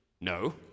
No